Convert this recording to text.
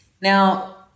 Now